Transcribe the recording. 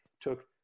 took